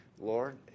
Lord